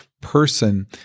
person